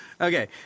Okay